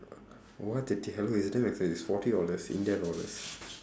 what hell it's damn expensive it's forty dollars india dollars